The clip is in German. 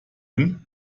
hin